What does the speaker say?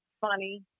funny